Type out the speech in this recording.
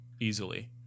easily